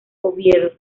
oviedo